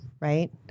Right